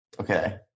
Okay